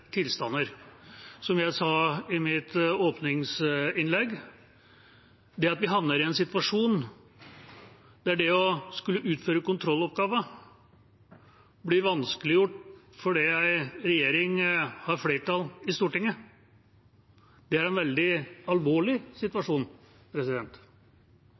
tilstander. Som jeg sa i mitt åpningsinnlegg, er det at vi havner i en situasjon der det å skulle utføre kontrolloppgaven blir vanskeliggjort fordi en regjering har flertall i Stortinget, en veldig alvorlig